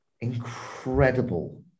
incredible